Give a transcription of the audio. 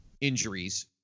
injuries